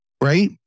right